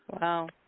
Wow